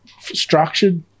structured